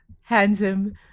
handsome